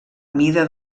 mida